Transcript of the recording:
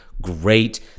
Great